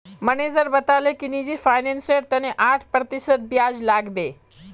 manager बताले कि निजी फिनांसेर तने आठ प्रतिशत ब्याज लागबे